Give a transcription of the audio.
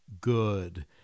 good